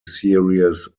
series